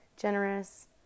generous